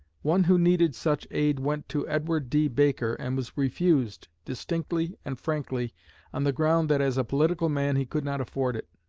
one who needed such aid went to edward d. baker, and was refused, distinctly and frankly on the ground that as a political man he could not afford it.